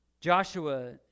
Joshua